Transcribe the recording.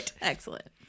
Excellent